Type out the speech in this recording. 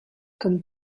comme